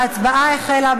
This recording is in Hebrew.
ההצבעה החלה.